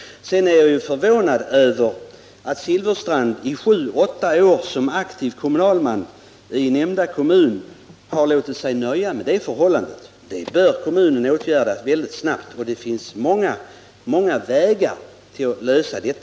Sedan är jag förvånad över att Bengt Silfverstrand i sju åtta år som aktiv kommunalman i Höganäs har låtit sig nöja med det förhållandet. Det bör kommunen åtgärda väldigt snabbt, och det finns många vägar att lösa problemet.